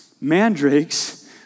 Mandrakes